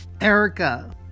erica